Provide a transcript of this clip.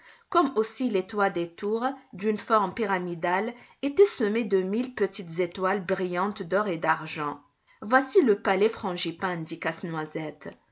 comme aussi les toits des tours d'une forme pyramidale étaient semés de mille petites étoiles brillantes d'or et d'argent voici le palais frangipane